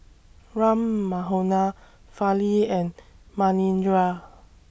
Ram Manohar Fali and Manindra